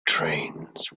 trains